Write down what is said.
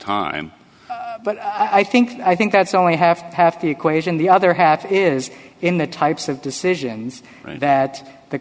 time but i think i think that's only have half the equation the other half is in the types of decisions that the